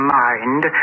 mind